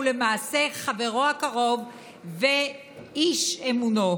הוא למעשה חברו הטוב ואיש אמונו.